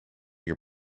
your